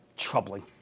troubling